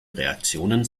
reaktionen